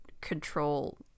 control